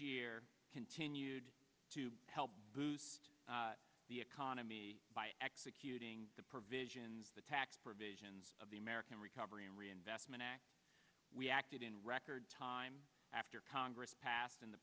year continued to help boost the economy by executing the provisions the tax provisions of the american recovery reinvestment act we acted in record time after congress pass